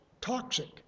toxic